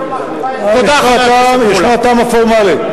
ישנו הטעם הפורמלי,